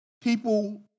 people